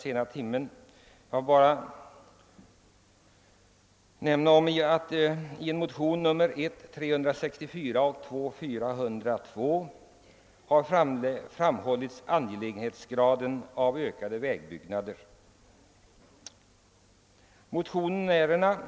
Jag vill bara nämna att i motionerna I: 364 och II: 402 framhålles angelägenheten av en ökning av vägbyggandet i älvsbogs län.